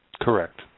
Correct